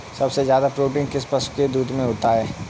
सबसे ज्यादा प्रोटीन किस पशु के दूध में होता है?